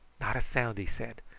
not a sound, he said.